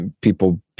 people